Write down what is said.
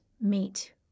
meet